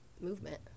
movement